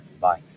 bye